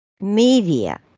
Media